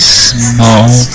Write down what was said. small